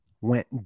went